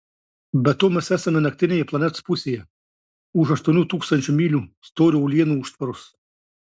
be to mes esame naktinėje planetos pusėje už aštuonių tūkstančių mylių storio uolienų užtvaros